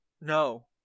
No